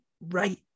right